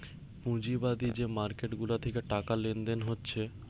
পুঁজিবাদী যে মার্কেট গুলা থিকে টাকা লেনদেন হচ্ছে